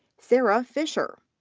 sarah fisher.